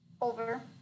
over